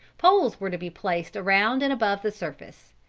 poles were to be placed around and above the surface,